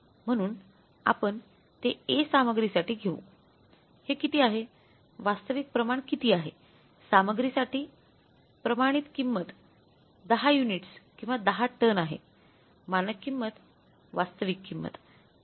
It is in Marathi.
म्हणून आम्ही ते A सामग्रीसाठी घेऊ हे किती आहे वास्तविक प्रमाण किती आहे सामग्रीसाठी अप्रमाणित किंमत 10 युनिट्स किंवा 10 टन आहे मानक किंमती वास्तविक किंमत